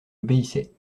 obéissait